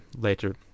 later